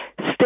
stay